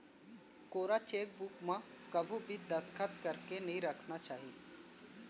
कोरा चेकबूक म कभू भी दस्खत करके नइ राखना चाही